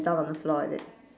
down on the floor like that